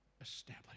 establish